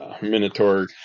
minotaur